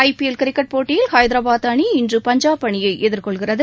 IPL cricket போட்டியில் ஹைதராபாத் இன்று பஞ்சாப் அணியை எதிர்கொள்கிறது